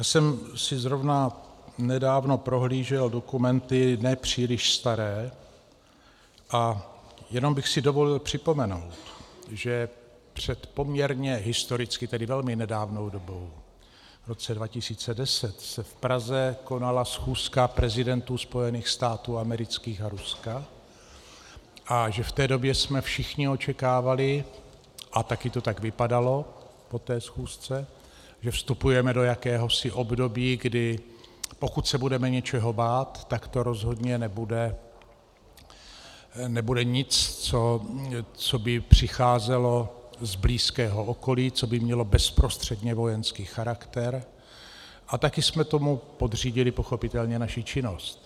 Já jsem si zrovna nedávno prohlížel dokumenty nepříliš staré a jenom bych si dovolil připomenout, že před poměrně historicky tedy velmi nedávnou dobou, v roce 2010, se v Praze konala schůzka prezidentů Spojených států amerických a Ruska a že v té době jsme všichni očekávali a taky to tak vypadalo po té schůzce že vstupujeme do jakéhosi období, kdy pokud se budeme něčeho bát, tak to rozhodně nebude nic, co by přicházelo z blízkého okolí, co by mělo bezprostředně vojenský charakter, a taky jsme tomu podřídili pochopitelně naši činnost.